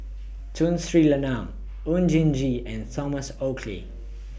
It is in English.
Tun Sri Lanang Oon Jin Gee and Thomas Oxley